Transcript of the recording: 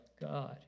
God